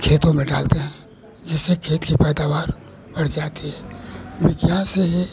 खेतों में डालते हैं जिससे खेत की पैदावार बढ़ जाती है विज्ञान से ही